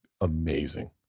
amazing